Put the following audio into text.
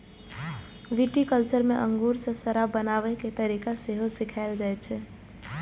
viticulture मे अंगूर सं शराब बनाबै के तरीका सेहो सिखाएल जाइ छै